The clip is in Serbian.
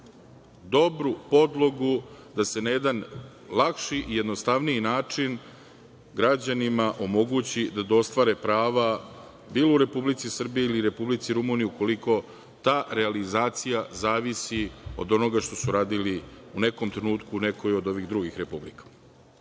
dobru podlogu da se na jedan lakši, jednostavniji način građanima omogući da ostvare prava bilo u Republici Srbiji ili Republici Rumuniji, ukoliko ta realizacija zavisi od onoga što su radili u nekom trenutku u nekoj od ovih drugih republika. Ovaj